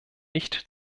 nicht